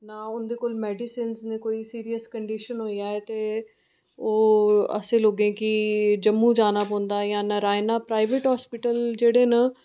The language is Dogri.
ना उं'दे कोल मेडिसिन्स न कोई सिरयस कंडीशन होई जाए ते ओह् असें लोकें गी जम्मू जाना पौंदा जां नरायना प्राइवेट हास्पिटल जेह्ड़े न